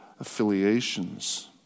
affiliations